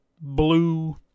blue